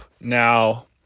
now